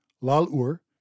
Lal-Ur